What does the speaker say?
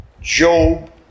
Job